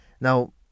now